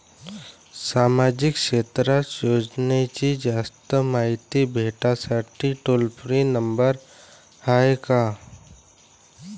सामाजिक क्षेत्र योजनेची जास्त मायती भेटासाठी टोल फ्री नंबर हाय का?